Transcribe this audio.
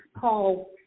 Paul